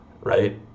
right